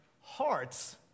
hearts